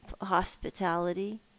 hospitality